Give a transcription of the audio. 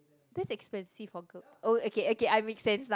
that's expensive for girl oh okay okay I make sense